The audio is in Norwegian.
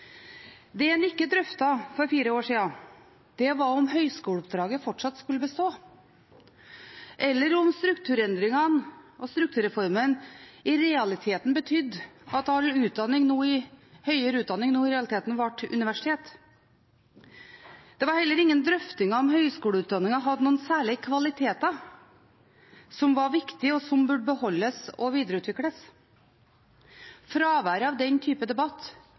Det en ikke drøftet for fire år siden, var om høyskoleoppdraget fortsatt skulle bestå, eller om strukturendringene og strukturreformen betydde at all høyere utdanning nå i realiteten ble universitet. Det var heller ingen drøfting av om høyskoleutdanningen hadde noen særlige kvaliteter som var viktige, og som burde beholdes og videreutvikles. Fraværet av den type debatt